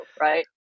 Right